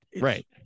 right